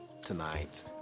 tonight